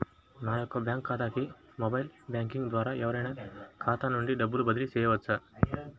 నా యొక్క బ్యాంక్ ఖాతాకి మొబైల్ బ్యాంకింగ్ ద్వారా ఎవరైనా ఖాతా నుండి డబ్బు బదిలీ చేయవచ్చా?